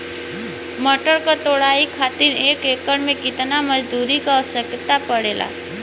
मटर क तोड़ाई खातीर एक एकड़ में कितना मजदूर क आवश्यकता पड़ेला?